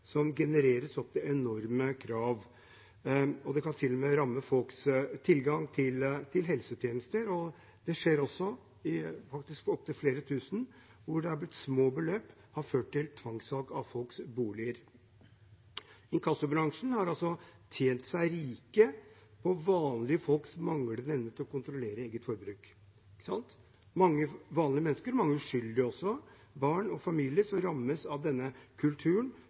som genererer enorme krav. Det kan til og med ramme folks tilgang til helsetjenester. Det skjer også, faktisk for opptil flere tusen mennesker, at små beløp har ført til tvangssalg av folks bolig. Inkassobransjen har altså tjent seg rike på vanlige folks manglende evne til å kontrollere eget forbruk. Mange vanlige mennesker, også mange uskyldige – barn og familier – rammes av denne kulturen